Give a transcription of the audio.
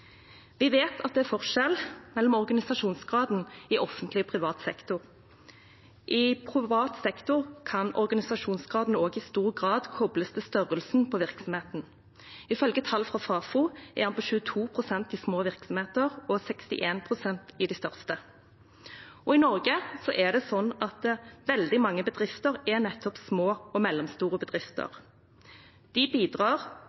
Vi vet at det er forskjell mellom organisasjonsgraden i offentlig og privat sektor. I privat sektor kan organisasjonsgraden i stor grad kobles til størrelsen på virksomheten. Ifølge tall fra Fafo er graden på 22 pst. i små virksomheter og 61 pst. i de største. I Norge er det slik at veldig mange bedrifter er nettopp små og mellomstore bedrifter. De bidrar